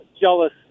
jealous